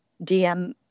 DM